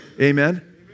Amen